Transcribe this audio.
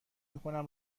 میکنم